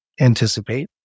anticipate